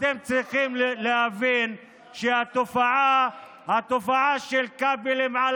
אתם צריכים להבין שהתופעה של כבלים על